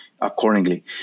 accordingly